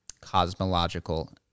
cosmological